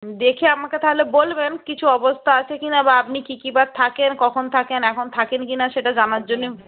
দেখে আমাকে তাহলে বলবেন কিছু অবস্থা আছে কি না বা আপনি কী কী বার থাকেন কখন থাকেন এখন থাকেন কি না সেটা জানার জন্যে